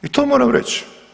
I to moram reći.